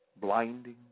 blinding